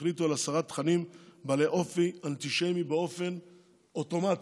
והחליטו על הסרת תכנים בעלי אופי אנטישמי באופן אוטומטי,